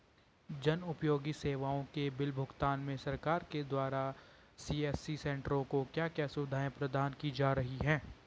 जन उपयोगी सेवाओं के बिल भुगतान में सरकार के द्वारा सी.एस.सी सेंट्रो को क्या क्या सुविधाएं प्रदान की जा रही हैं?